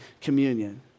Communion